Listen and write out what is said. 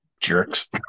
jerks